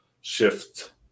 shift